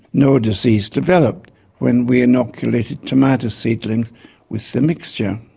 no disease developed when we inoculated tomato seedlings with the mixture.